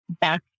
back